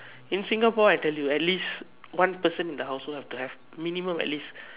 in Singapore I tell you at least one person in the household have to have minimum at least